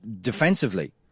Defensively